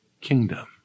kingdom